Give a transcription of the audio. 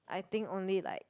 I think only like